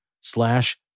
slash